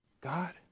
God